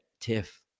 Tiff